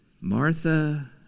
Martha